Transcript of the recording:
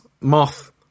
moth